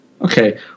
Okay